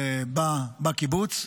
בקיבוץ.